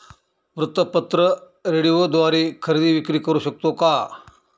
वृत्तपत्र, रेडिओद्वारे खरेदी विक्री करु शकतो का?